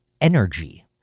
energy